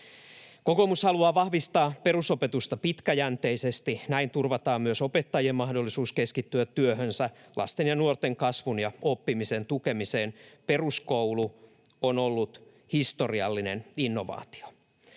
Kokoomus haluaa vahvistaa perusopetusta pitkäjänteisesti. Näin turvataan myös opettajien mahdollisuus keskittyä työhönsä, lasten ja nuorten kasvun ja oppimisen tukemiseen. Peruskoulu on ollut historiallinen innovaatio.